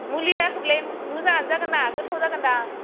मुलि होआखैब्लालाय मोजाङानो जागोन ना गोथाव जागोनदां